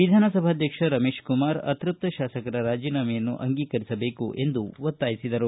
ವಿಧಾನಸಭಾಧ್ಯಕ್ಷ ರಮೇಶ್ಕುಮಾರ್ ಅತ್ಯಪ್ತ ಶಾಸಕರ ರಾಜೀನಾಮೆಯನ್ನು ಅಂಗೀಕರಿಸಬೇಕು ಎಂದು ಒತ್ತಾಯಿಸಿದರು